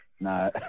No